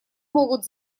могут